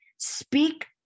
Speak